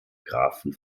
grafen